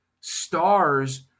stars